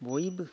बयबो